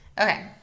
Okay